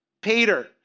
Peter